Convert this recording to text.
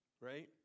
right